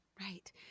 Right